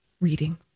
reading